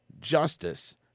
justice